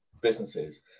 businesses